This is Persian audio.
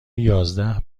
یازده